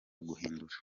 guhindura